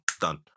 done